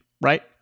right